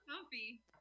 comfy